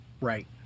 Right